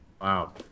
Wow